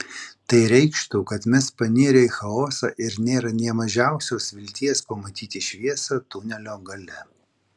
tai reikštų kad mes panirę į chaosą ir nėra nė mažiausios vilties pamatyti šviesą tunelio gale